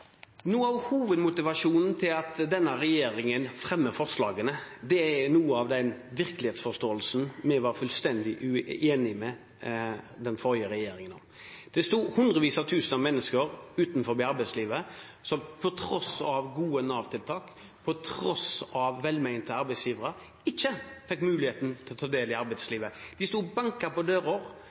Noe av hovedmotivasjonen for at denne regjeringen fremmer forslagene er den virkelighetsforståelsen vi var fullstendig uenig med den forrige regjeringen i. Det sto hundretusener av mennesker utenfor arbeidslivet, og som på tross av gode Nav-tiltak, på tross av velmenende arbeidsgivere, ikke fikk mulighet til å ta del i arbeidslivet. De sto og banket på